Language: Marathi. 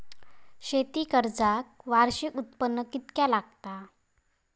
शेती कर्जाक वार्षिक उत्पन्न कितक्या लागता?